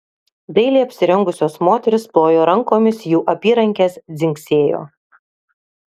dailiai apsirengusios moterys plojo rankomis jų apyrankės dzingsėjo